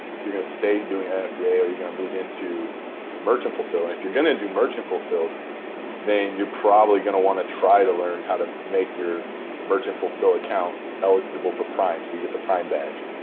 you're going to stay doing ah fba or you're going to move into merchant fulfilling. if you're going to do merchant fulfilled then you're probably going to want to try to learn how to make your merchant fulfill account eligible for prime, so you get the prime badge.